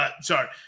sorry –